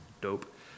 dope